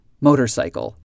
motorcycle